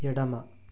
ఎడమ